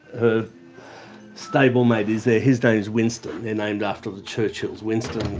her stablemate is there, his name is winston. they're named after churchills. winston